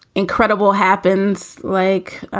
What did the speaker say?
incredible happens. like,